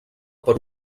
per